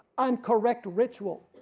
and correct ritual,